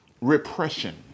repression